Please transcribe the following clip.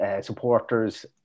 supporters